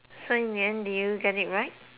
so in the end did you get it right